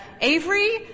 Avery